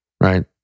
Right